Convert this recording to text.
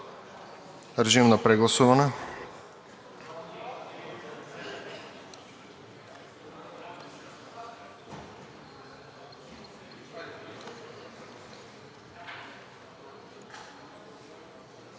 Режим на прегласуване.